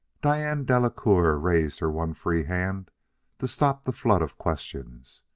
diane delacouer raised her one free hand to stop the flood of questions.